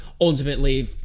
Ultimately